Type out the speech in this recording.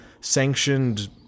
sanctioned